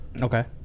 okay